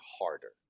harder